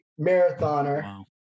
marathoner